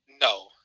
No